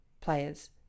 players